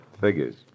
Figures